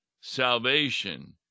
salvation